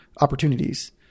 opportunities